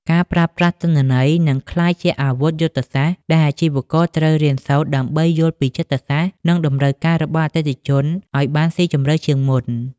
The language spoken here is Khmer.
ការប្រើប្រាស់ទិន្នន័យ នឹងក្លាយជាអាវុធយុទ្ធសាស្ត្រ ដែលអាជីវករត្រូវរៀនសូត្រដើម្បីយល់ពីចិត្តសាស្ត្រ និងតម្រូវការរបស់អតិថិជនឱ្យបានស៊ីជម្រៅជាងមុន។